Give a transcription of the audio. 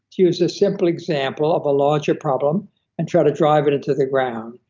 use a simple example of a larger problem and try to drive it into the ground,